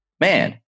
man